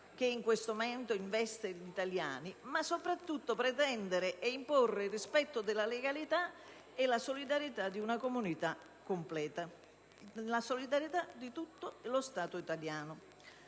che in questo momento investe gli italiani, ma soprattutto pretendere e imporre il rispetto della legalità e la solidarietà di una comunità completa, ovvero di tutto lo Stato italiano.